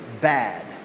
bad